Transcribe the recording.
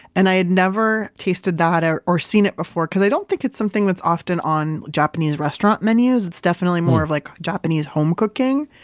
and i had never tasted that or or seen it before. because i don't think it's something that's often on japanese restaurant menus. it's definitely more of like japanese home cooking.